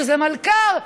שזה מלכ"ר,